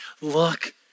Look